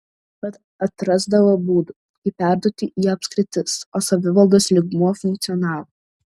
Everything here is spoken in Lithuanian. bet atrasdavo būdų kaip perduoti į apskritis o savivaldos lygmuo funkcionavo